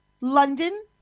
London